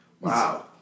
Wow